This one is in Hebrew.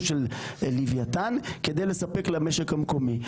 של לווייתן כדי לספק למשק המקומי,